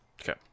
Okay